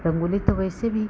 रंगोली तो वैसे भी